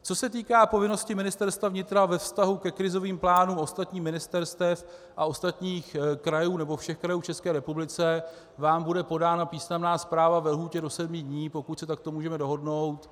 Co se týká povinnosti Ministerstva vnitra ve vztahu ke krizovým plánům ostatních ministerstev a ostatních krajů, nebo všech krajů v České republice, vám bude podána písemná zpráva ve lhůtě do sedmi dní, pokud se takto můžeme dohodnout.